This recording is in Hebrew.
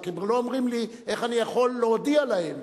רק הם לא אומרים לי איך אני יכול להודיע להם.